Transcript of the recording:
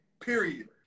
period